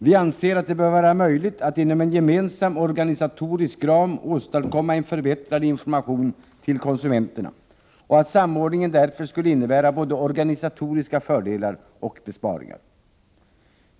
Vi anser att det bör vara möjligt att inom en gemensam organisatorisk ram åstadkomma en förbättrad information till konsumenterna och att samordningen därför skulle innebära både organisatoriska fördelar och besparingar.